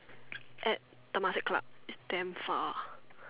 at Temasek club is damn far